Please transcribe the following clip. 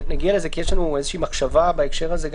ונגיע לזה כי יש איזו מחשבה בהקשר הזה,